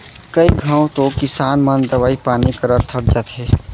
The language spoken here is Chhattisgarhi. कई घंव तो किसान मन दवई पानी करत थक जाथें